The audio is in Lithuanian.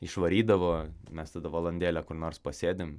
išvarydavo mes tada valandėlę kur nors pasėdim